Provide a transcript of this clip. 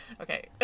Okay